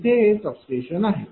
इथे हे सबस्टेशन आहे